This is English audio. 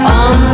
on